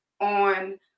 on